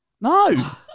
No